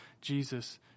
Jesus